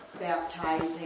baptizing